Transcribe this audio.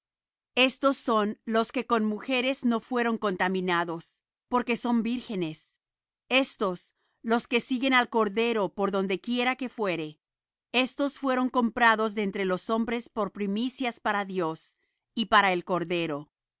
estos son los que con mujeres no fueron contaminados porque son vírgenes estos los que siguen al cordero por donde quiera que fuere estos fueron comprados de entre los hombres por primicias para dios y para el cordero